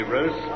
Rose